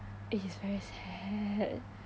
it's very sad